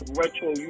retro